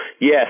yes